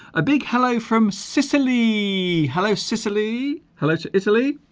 a big hello from sicily hello sicily hello to italy